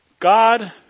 God